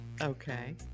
Okay